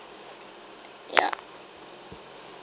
yeah